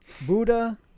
Buddha